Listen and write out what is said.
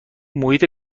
محیط